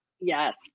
Yes